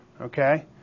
okay